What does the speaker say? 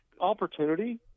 opportunity